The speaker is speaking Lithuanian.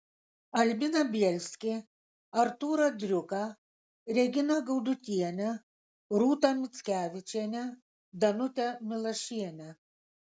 albiną bielskį artūrą driuką reginą gaudutienę rūtą mickevičienę danutę milašienę